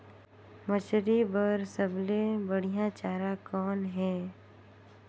मछरी बर सबले बढ़िया चारा कौन हे?